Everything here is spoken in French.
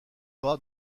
pas